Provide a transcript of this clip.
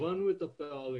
הבנו את הפערים,